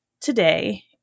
today